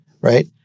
right